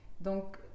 Donc